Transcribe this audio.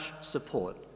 support